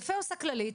יפה עושה כללית,